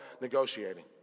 negotiating